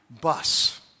bus